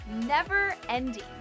never-ending